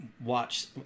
watch